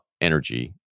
energy